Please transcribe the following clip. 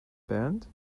band